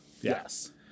yes